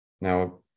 Now